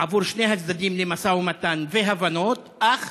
עבור שני הצדדים למשא ומתן והבנות, אך